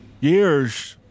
Years